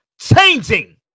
changing